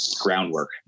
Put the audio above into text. groundwork